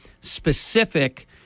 specific